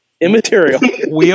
immaterial